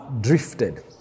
drifted